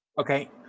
Okay